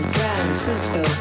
Francisco